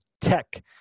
tech